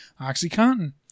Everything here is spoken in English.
OxyContin